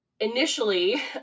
initially